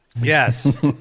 yes